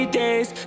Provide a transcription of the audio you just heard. days